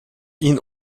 ihn